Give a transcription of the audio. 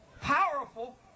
powerful